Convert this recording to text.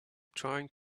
trying